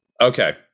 Okay